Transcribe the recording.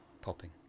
popping